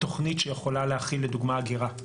לתוכנית שיכולה להכיל לדוגמה אגירה.